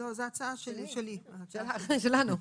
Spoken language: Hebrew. הצעה שלנו.